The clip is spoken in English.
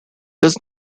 does